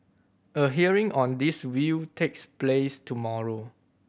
a hearing on this will takes place tomorrow